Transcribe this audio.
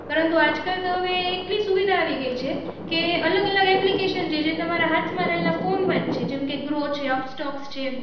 પરંતુ આજકાલ તો એ એટલી સુવિધા આવી ગઈ છે કે અલગ અલગ એપ્લિકેશન જે તમારા હાથ રહેલા ફોનમાં છે જેમકે ગ્રો છે અપસટોક છે